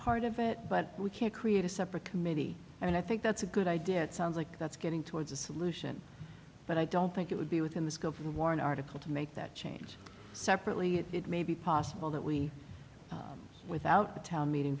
part of it but we can't create a separate committee and i think that's a good idea it sounds like that's getting towards a solution but i don't think it would be within the scope of the war in article to make that change separately it may be possible that we without the town meeting